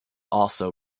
also